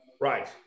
Right